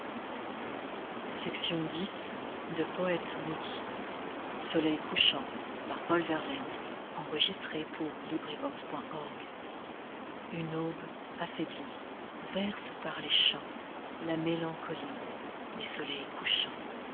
soleils couchants une aube affaiblie verse par les champs la mélancolie des soleils couchants